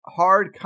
hard